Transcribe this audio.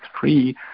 free